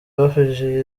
bafashije